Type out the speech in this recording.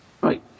Right